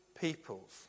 peoples